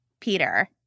Peter